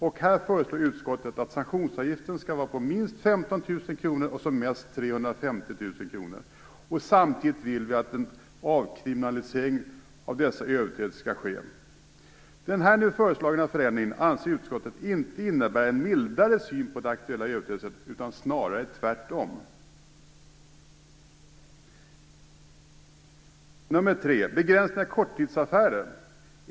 Utskottet föreslår här att sanktionsavgiften skall vara minst 15 000 kr och högst 350 000 kr. Samtidigt vill vi ha en avkriminalisering av dessa överträdelser. Den föreslagna förändringen innebär inte, enligt utskottet, en mildare syn på de aktuella överträdelserna - snarare tvärtom. Det tredje är begränsning av korttidsaffärer.